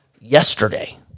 yesterday